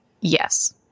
yes